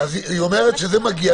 אבל שהוא דיון,